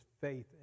faith